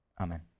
Amen